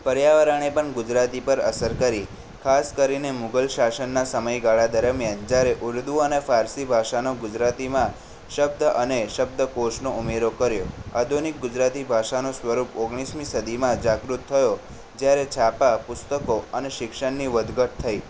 પર્યાવરણે પણ ગુજરાતી પર અસર કરી ખાસ કરીને મુગલ શાસનના સમયગાળા દરમિયાન જ્યારે ઉર્દૂ અને ફારસી ભાષાનો ગુજરાતીમાં શબ્દ અને શબ્દકોષનો ઉમેરો કર્યો આધુનિક ગુજરાતી ભાષાનું સ્વરૂપ ઓગણીસમી સદીમાં જાગૃત થયું જ્યારે છાપા પુસ્તકો અને શિક્ષણની વધઘટ થઈ